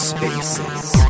Spaces